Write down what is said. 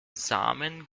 samen